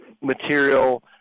material